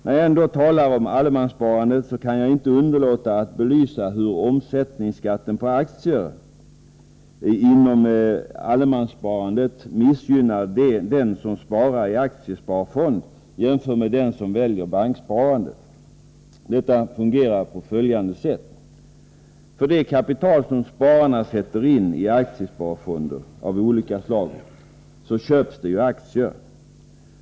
När jag ändå talar om allemanssparandet kan jag inte underlåta att belysa hur omsättningsskatten på aktier inom allemanssparandet missgynnar den som sparar i aktiesparfond jämfört med den som väljer banksparandet. Detta fungerar på följande sätt: För det kapital som spararna sätter in i aktiesparfonder av olika slag skall det ju köpas aktier.